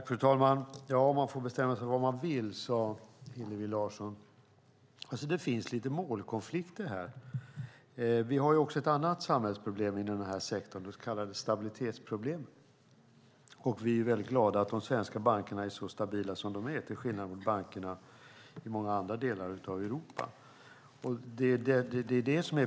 Fru talman! Man får bestämma sig för vad man vill, sade Hillevi Larsson. Det finns lite målkonflikter här. Vi har ju också ett annat samhällsproblem i den här sektorn, nämligen det så kallade stabilitetsproblemet. Vi är väldigt glada över att de svenska bankerna är så stabila som de är, till skillnad mot bankerna i många andra delar av Europa.